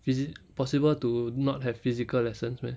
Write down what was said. is it possible to not have physical lessons meh